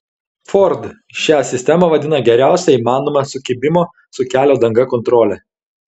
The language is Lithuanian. ford šią sistemą vadina geriausia įmanoma sukibimo su kelio danga kontrole